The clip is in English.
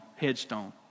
headstone